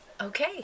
Okay